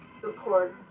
support